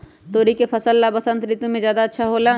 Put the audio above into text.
तोरी के फसल का बसंत ऋतु में ज्यादा होला?